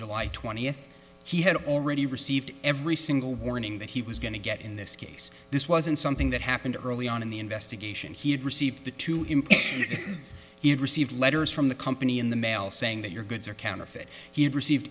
july twentieth he had already received every single warning that he was going to get in this case this wasn't something that happened early on in the investigation he had received the to him he had received letters from the company in the mail saying that your goods are counterfeit he had received